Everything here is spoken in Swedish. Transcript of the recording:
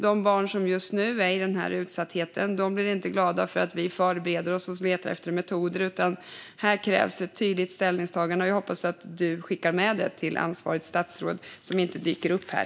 De barn som just nu befinner sig i denna utsatthet blir inte glada över att vi förbereder oss och letar efter metoder, utan här krävs ett tydligt ställningstagande. Jag hoppas att du, Yasmine Bladelius, skickar med det till det ansvariga statsrådet, som inte dök upp här.